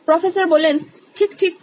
processor ঠিক ঠিক